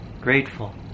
grateful